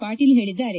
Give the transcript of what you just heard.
ಪಾಟೀಲ್ ಹೇಳಿದ್ದಾರೆ